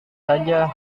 saja